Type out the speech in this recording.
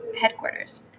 headquarters